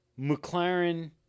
McLaren